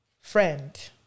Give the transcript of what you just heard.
friend